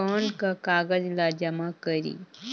कौन का कागज ला जमा करी?